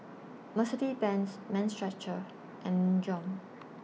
Mercedes Benz Mind Stretcher and Nin Jiom